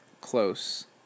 close